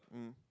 mm